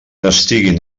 estiguin